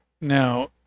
Now